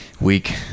Week